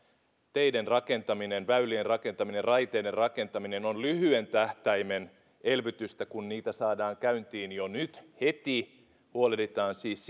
teiden rakentaminen väylien rakentaminen raiteiden rakentaminen on lyhyen tähtäimen elvytystä kun niitä saadaan käyntiin jo nyt heti huolehditaan siis